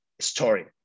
story